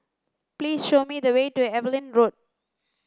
please show me the way to Evelyn Road